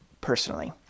personally